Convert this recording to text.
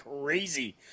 crazy